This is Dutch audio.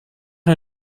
een